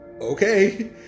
Okay